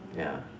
ya